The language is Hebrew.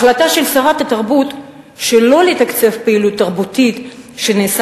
החלטתה של שרת התרבות שלא לתקצב פעילות תרבותית שנעשה